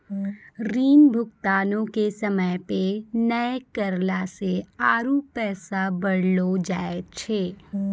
ऋण भुगतानो के समय पे नै करला से आरु पैसा बढ़लो जाय छै